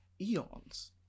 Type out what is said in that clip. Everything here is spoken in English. eons